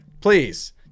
please